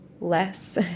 less